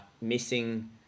missing